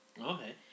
Okay